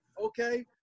okay